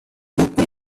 book